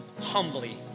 humbly